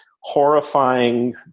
horrifying